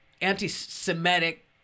anti-Semitic